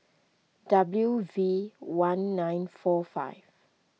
W V one nine four five